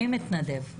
מי מתנדב?